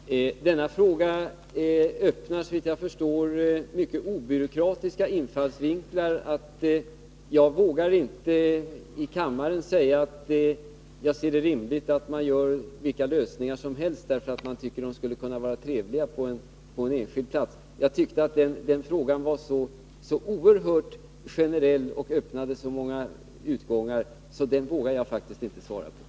Herr talman! Denna fråga öppnar, såvitt jag förstår, mycket obyråkratiska infallsvinklar. Jag vågar inte här i kammaren säga att det är rimligt att välja vilka lösningar som helst, därför att de kan vara trevliga på en viss plats. Jag tycker att frågan är så oerhört generell och öppnar så många utgångar att jag faktiskt inte vågar svara på den.